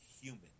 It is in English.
human